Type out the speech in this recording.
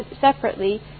separately